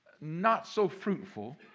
not-so-fruitful